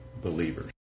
believers